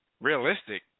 realistic